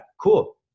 cool